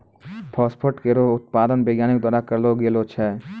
phosphate केरो उत्पादन वैज्ञानिक द्वारा करलो गेलो छै